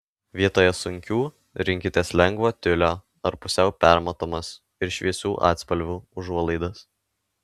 vietoje sunkių rinkitės lengvo tiulio ar pusiau permatomas ir šviesių atspalvių užuolaidas